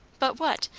but what?